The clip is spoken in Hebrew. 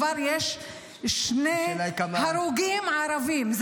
וכבר שני הרוגים ערבים.